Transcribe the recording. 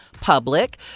public